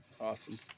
Awesome